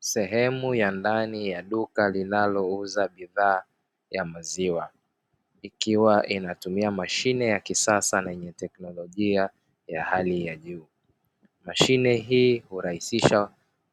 Sehemu ya ndani ya duka linalouza bidhaa ya maziwa ikiwa inatumia mashine ya kisasa na teknolojia ya hali ya juu. Mashine hii hurahisisha